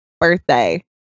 birthday